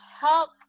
help